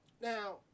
Now